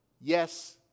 yes